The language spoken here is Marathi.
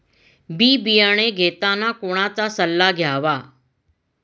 बी बियाणे घेताना कोणाचा सल्ला घ्यावा?